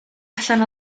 allan